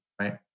right